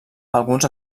alguns